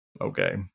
okay